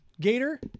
gator